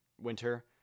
winter